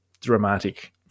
dramatic